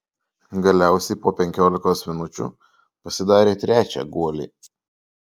galiausiai po penkiolikos minučių pasidarė trečią guolį